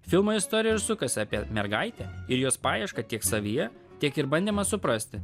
filmo istorija ir sukasi apie mergaitę ir jos paiešką tiek savyje tiek ir bandymą suprasti